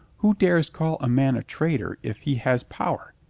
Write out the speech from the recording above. who dares call a man traitor if he has power?